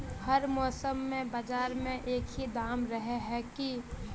हर मौसम में बाजार में एक ही दाम रहे है की?